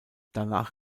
danach